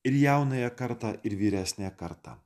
ir jaunąją kartą ir vyresniąją kartą